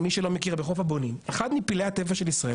למי שלא מכיר בחוף הבונים אחד מפלאי הטבע של ישראל,